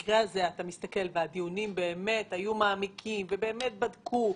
יודע שהדיונים היו מעמיקים, באמת בדקו,